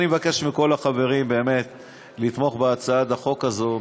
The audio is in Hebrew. אני מבקש מכל החברים לתמוך בהצעת החוק הזאת,